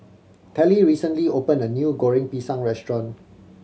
Telly recently opened a new Goreng Pisang restaurant